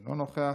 אינה נוכחת,